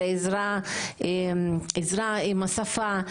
אלא עזרה עם השפה,